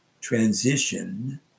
transition